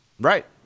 right